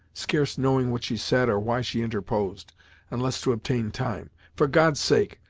scarce knowing what she said, or why she interposed, unless to obtain time. for god's sake,